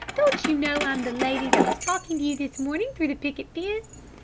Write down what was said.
don't you know i'm the lady that was talking to you this morning through the picket fence?